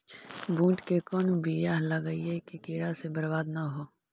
बुंट के कौन बियाह लगइयै कि कीड़ा से बरबाद न हो?